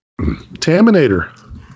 Taminator